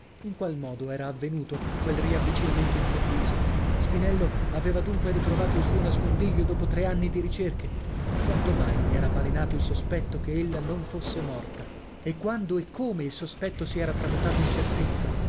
in qual modo era avvenuto quel ravvicinamento improvviso spinello aveva dunque ritrovato il suo nascondiglio dopo tre anni di ricerche quando mai gli era balenato il sospetto che ella non fosse morta e quando e come il sospetto si era tramutato